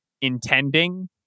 intending